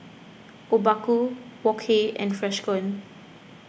Obaku Wok Hey and Freshkon